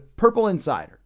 PURPLEINSIDER